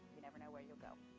you never know where you'll go.